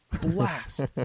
blast